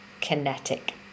kinetic